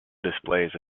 displays